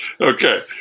Okay